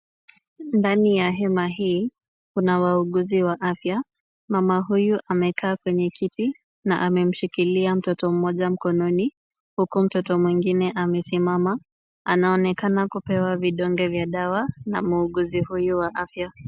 Ndani ya hema hii kuna wauguzi wa afya. Mama huyu amekaa kwenye kiti na amemshikilia mtoto mmoja mkononi, huku mtoto mwingine amesimama. Anaonekana kupewa vidonge vya dawa na muuguzi huyu wa afya.